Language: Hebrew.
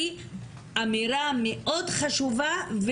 היא אמירה מאוד חשובה,